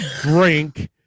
drink